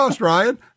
Ryan